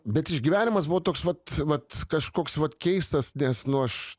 bet išgyvenimas buvo toks vat vat kažkoks vat keistas nes nu aš